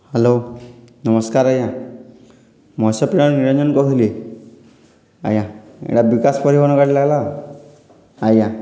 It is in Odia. ହାଲୋ ନମସ୍କାର୍ ଆଜ୍ଞା ମୁଇଁ ନିରଞ୍ଜନ୍ କହୁଥିଲି ଆଜ୍ଞା ଇଟା ବିକାଶ୍ ପରିବହନ୍ ଗାଡ଼ି ଲାଗ୍ଲା ଆଜ୍ଞା